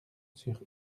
sur